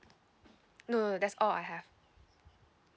no no that's all I have